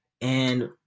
and-